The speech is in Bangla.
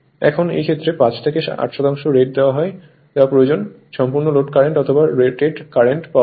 এখন এই ক্ষেত্রে 5 থেকে 8 শতাংশ রেট দেওয়া প্রয়োজন যাতে সম্পূর্ণ লোড কারেন্ট অথবা রেটেড কারেন্ট পাওয়া যায়